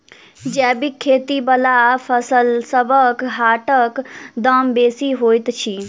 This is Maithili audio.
जैबिक खेती बला फसलसबक हाटक दाम बेसी होइत छी